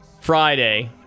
Friday